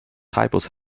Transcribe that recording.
typos